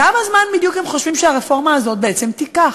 כמה זמן בדיוק הם חושבים שהרפורמה הזאת בעצם תיקח?